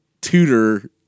tutor